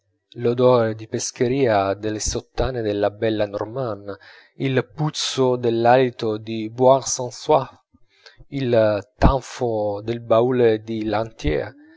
l'odor di pescheria delle sottane della bella normanna il puzzo dell'alito di boit sans soif il tanfo del baule di lantier